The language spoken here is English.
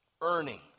earning